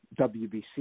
WBC